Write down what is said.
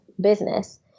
business